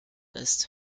ist